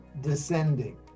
descending